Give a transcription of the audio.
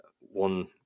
one